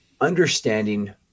understanding